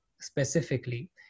specifically